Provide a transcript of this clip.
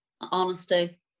honesty